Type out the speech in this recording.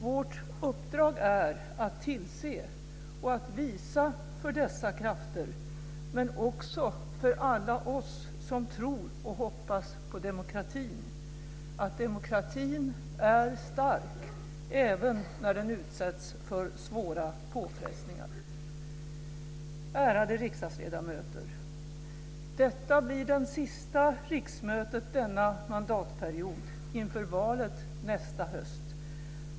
Vårt uppdrag är att tillse och att visa för dessa krafter, men också för alla oss som tror och hoppas på demokratin, att demokratin är stark även när den utsätts för svåra påfrestningar. Ärade riksdagsledamöter! Detta blir det sista riksmötet denna mandatperiod inför valet nästa höst.